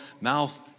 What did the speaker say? mouth